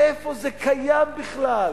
איפה זה קיים בכלל?